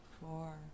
four